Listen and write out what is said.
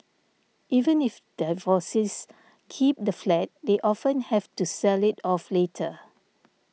even if divorcees keep the flat they often have to sell it off later